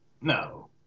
No